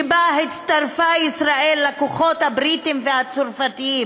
שבה הצטרפה ישראל לכוחות הבריטיים והצרפתיים.